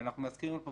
אני מזכיר עוד פעם,